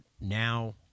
Now